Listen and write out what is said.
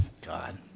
God